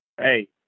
Hey